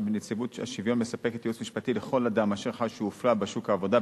נציבות השוויון מספקת ייעוץ משפטי לכל אדם אשר חש שהופלה בשוק העבודה,